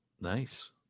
Nice